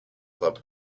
club